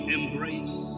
embrace